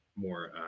more